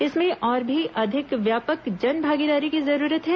इसमें और भी अधिक व्यापक जनभागीदारी की जरूरत है